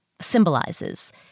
symbolizes